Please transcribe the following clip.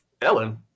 ellen